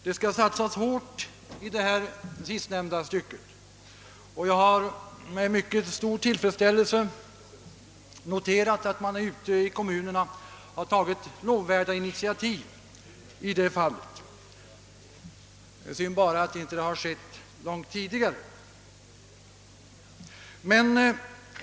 Det skall satsas hårt i det sistnämnda avseendet, och jag har med stor tillfredsställelse noterat att man ute i kommunerna tagit lovvärda initiativ härvidlag. Det är bara synd att det inte skett långt tidigare.